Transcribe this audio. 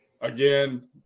again